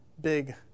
big